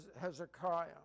Hezekiah